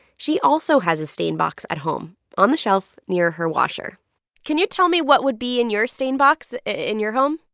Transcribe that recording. she also has a stain box at home, on the shelf near her washer can you tell me what would be in your stain box in your home?